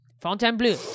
Fontainebleau